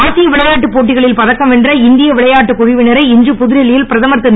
ஆசிய விளையாட்டுப் போட்டிகளில் பதக்கம் வென்ற இந்திய விளையாட்டு குழுவினரை இன்று புதுடெல்லியில் பிரதமர் திரு